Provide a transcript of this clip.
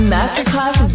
Masterclass